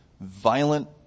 violent